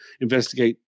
investigate